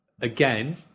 Again